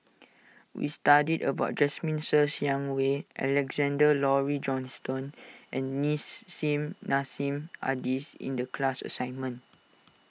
we studied about Jasmine Ser Xiang Wei Alexander Laurie Johnston and Nissim Nassim Adis in the class assignment